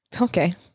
Okay